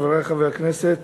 חברי חברי הכנסת,